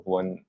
one